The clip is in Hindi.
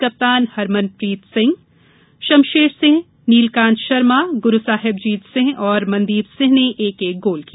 कप्तान हरमनप्रीत सिंह शमशेर सिंह नीलकांत शर्मा गुरूसाहिबजीत सिंह और मनदीप सिंह ने एक एक गोल किया